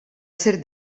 ser